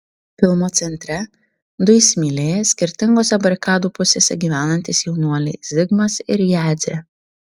filmo centre du įsimylėję skirtingose barikadų pusėse gyvenantys jaunuoliai zigmas ir jadzė